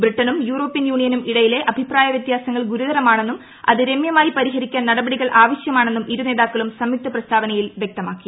ബ്രിട്ടണും European യൂണിയനും ഇടയിലെ അഭിപ്രായ വൃത്യാസങ്ങൾ ഗുരുതരമാണെന്നും അത് രമ്യമായി പരിഹരിക്കാൻ നടപടികൾ ആവശ്യമാണെന്നും ഇരുനേതാക്കളും സംയുക്ത പ്രസ്താവനയിൽ വ്യക്തമാക്കി